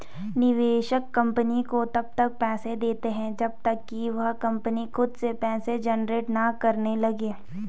निवेशक कंपनी को तब तक पैसा देता है जब तक कि वह कंपनी खुद से पैसा जनरेट ना करने लगे